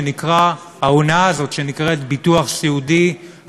ההונאה הזאת שנקראת ביטוח סיעודי,